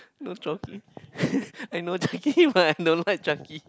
no Chucky I know Chucky but I don't like Chucky